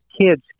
kids